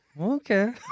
Okay